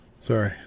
sorry